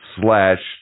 slash